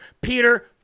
Peter